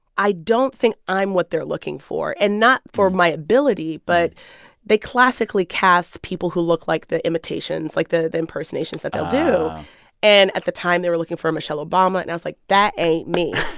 i don't think i'm what they're looking for, and not for my ability. but they classically cast people who look like the imitations, like the the impersonations that they'll do oh and at the time, they were looking for a michelle obama. and i was like, that ain't me.